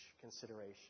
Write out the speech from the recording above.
consideration